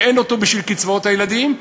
שאין בשביל קצבאות הילדים,